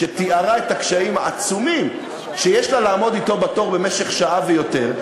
והיא תיארה את הקשיים העצומים שיש לה לעמוד אתו בתור במשך שעה ויותר,